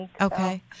Okay